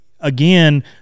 again